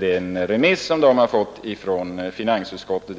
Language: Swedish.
detta ärende till finansutskottet.